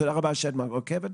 תודה רבה שאת עוקבת.